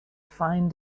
fine